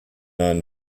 ein